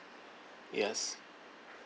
yes